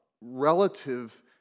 relative